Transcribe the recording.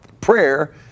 Prayer